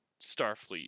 Starfleet